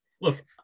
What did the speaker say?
Look